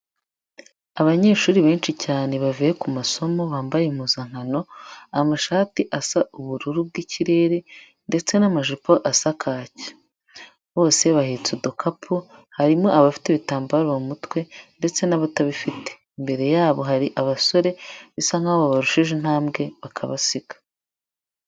Abanyeshuri benshi cyane bavuye ku masomo bambaye impuzankano, amashati asa ubururu bw'ikirere ndetse n'amajipo asa kaki. Bose bahetse udukapu, harimo abafite ibitambaro mu mutwe ndetse n'abatabifite. Imbere yabo hari abasore bisa nkaho babarushije intambwe bakabasiga.